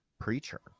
preacher